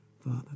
Father